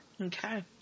Okay